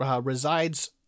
resides